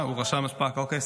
הוא רשם שפק.